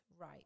right